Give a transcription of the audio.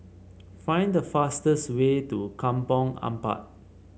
find the fastest way to Kampong Ampat